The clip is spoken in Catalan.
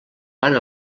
van